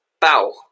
Bow